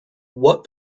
what